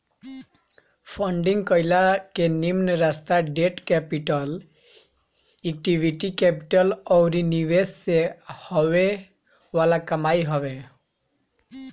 funding कईला के निमन रास्ता डेट कैपिटल, इक्विटी कैपिटल अउरी निवेश से हॉवे वाला कमाई हवे